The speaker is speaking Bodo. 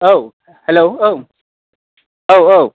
औ हेल' औ औ औ